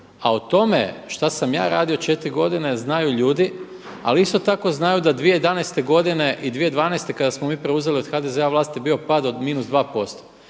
A o tome šta sam ja radio četiri godine znaju ljudi, ali isto tako znaju da 2011. godine i 2012. kada smo preuzeli od HDZ-a vlast je bio pad od minus 2%.